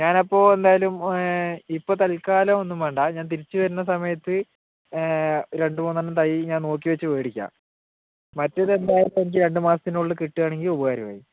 ഞാനപ്പോൾ എന്തായാലും ഇപ്പം തൽക്കാലം ഒന്നും വേണ്ട ഞാൻ തിരിച്ച് വരുന്ന സമയത്ത് രണ്ട് മൂന്നെണ്ണം തൈ ഞാൻ നോക്കിയേച്ച് പോയിരിക്കാം മറ്റ് രണ്ട് മാസത്തിനുള്ളിൽ കിട്ടുകയാണെങ്കിൽ ഉപകാരമായി